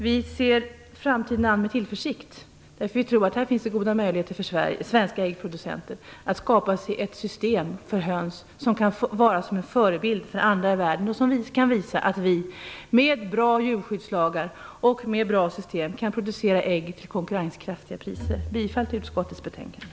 Vi ser framtiden an med tillförsikt, eftersom vi tror att det finns goda möjligheter för svenska äggproducenter att skapa sig ett system för höns som kan vara en förebild för andra i världen. Detta kan visa att vi med bra djurskyddslagar och system kan producera ägg till konkurrenskraftiga priser. Jag yrkar alltså bifall till hemställan i utskottets betänkande.